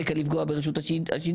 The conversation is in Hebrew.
ברקע הרצון לפגוע ברשות השידור,